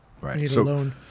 Right